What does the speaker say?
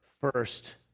first